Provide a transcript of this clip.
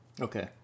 Okay